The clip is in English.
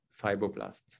fibroblasts